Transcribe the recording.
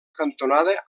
cantonada